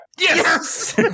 Yes